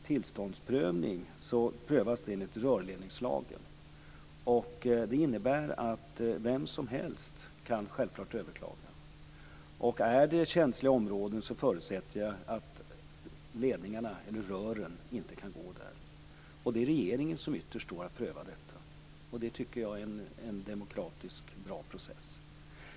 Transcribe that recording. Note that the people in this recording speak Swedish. Tillståndsprövningen kommer att göras enligt rörledningslagen. Det innebär att vem som helst självklart kan överklaga. Är det känsliga områden förutsätter jag att rören inte kan gå där. Det är regeringen som ytterst har att pröva detta. Det tycker jag är en demokratisk och bra process.